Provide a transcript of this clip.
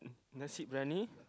Nasi-Biryani